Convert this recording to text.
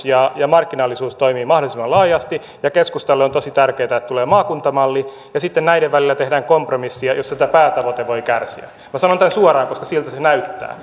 ja ja markkinallisuus toimivat mahdollisimman laajasti ja keskustalle on tosi tärkeätä että tulee maakuntamalli ja sitten näiden välillä tehdään kompromissia jossa tämä päätavoite voi kärsiä sanon tämän suoraan koska siltä se näyttää